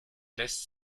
lässt